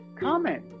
comment